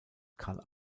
carl